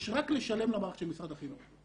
יש רק לשלם למערכת של משרד החינוך.